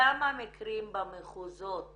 כמה מקרים במחוזות